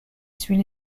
suit